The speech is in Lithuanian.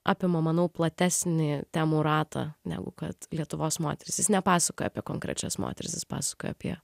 apima manau platesnį temų ratą negu kad lietuvos moterys jis nepasakoja apie konkrečias moteris jis pasakoja apie